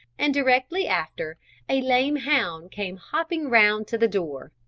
and directly after a lame hound came hopping round to the door.